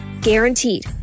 Guaranteed